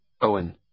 Owen